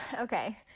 Okay